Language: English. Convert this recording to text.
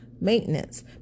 maintenance